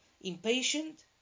impatient